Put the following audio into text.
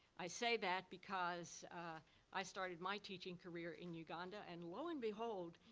i say that because i started my teaching career in uganda, and lo and behold,